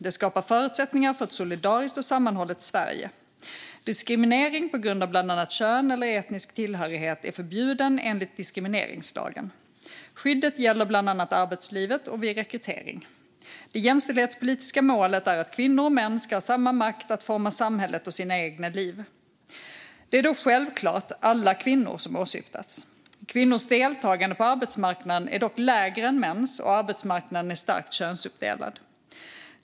Det skapar förutsättningar för ett solidariskt och sammanhållet Sverige. Diskriminering på grund av bland annat kön eller etnisk tillhörighet är förbjuden enligt diskrimineringslagen. Skyddet gäller bland annat arbetslivet och vid rekrytering. Det jämställdhetspolitiska målet är att kvinnor och män ska ha samma makt att forma samhället och sina egna liv. Det är då självklart alla kvinnor som åsyftas. Kvinnors deltagande på arbetsmarknaden är dock lägre än mäns, och arbetsmarknaden är starkt könsuppdelad.